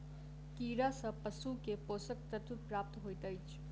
कीड़ा सँ पशु के पोषक तत्व प्राप्त होइत अछि